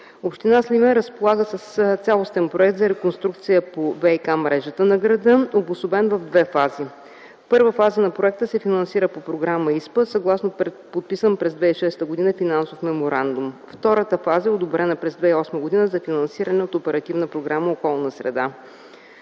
Община Сливен разполага с цялостен проект за реконструкция на ВиК мрежата на града, обособен в две фази. Първата фаза на проекта се финансира по Програма ИСПА съгласно подписан през 2006 г. финансов меморандум. Втората фаза е одобрена през 2008 г. за финансиране от Оперативна програма „Околна среда”.